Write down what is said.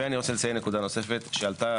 ואני רוצה לציין נקודה נוספת שעלתה